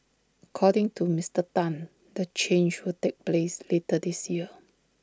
according to Mister Tan the change will take place later this year